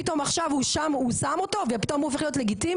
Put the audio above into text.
פתאום עכשיו הוא שם והוא שם אותו ופתאום הוא הופך להיות לגיטימי?